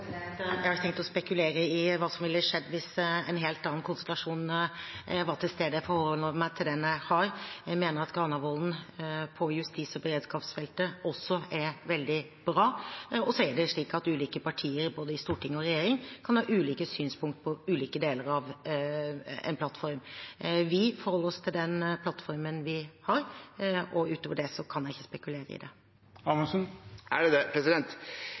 Jeg har ikke tenkt å spekulere i hva som ville skjedd hvis en helt annen konstellasjon var til stede. Jeg forholder meg til den jeg har. Jeg mener at Granavolden-plattformen også er veldig bra på justis- og beredskapsfeltet. Så er det slik at ulike partier i både storting og regjering kan ha ulike synspunkter på ulike deler av en plattform. Vi forholder oss til den plattformen vi har, og utover det kan jeg ikke spekulere i det.